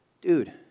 dude